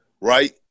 Right